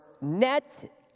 net